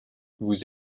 vous